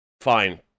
Fine